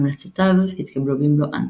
המלצותיו התקבלו במלואן.